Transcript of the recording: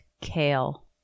kale